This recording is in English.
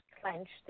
clenched